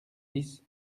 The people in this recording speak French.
dix